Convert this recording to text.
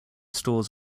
stores